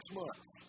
months